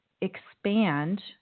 expand